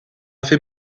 fait